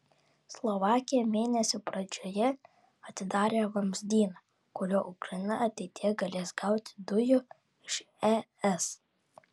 slovakija mėnesio pradžioje atidarė vamzdyną kuriuo ukraina ateityje galės gauti dujų iš es